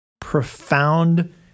profound